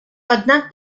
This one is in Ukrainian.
однак